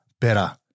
better